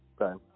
Okay